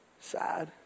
sad